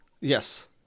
Yes